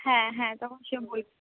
হ্যাঁ হ্যাঁ তখন সে